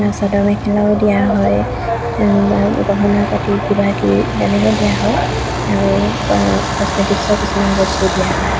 বা চাদৰ মেখেলাও দিয়া হয় বা গহনা পাতি কিবাকিবি তেনেকৈ দিয়া হয় আৰু ক'ছমেটিক্সৰ কিছুমান বস্তু দিয়া হয়